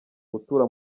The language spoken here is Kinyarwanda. gutura